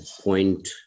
point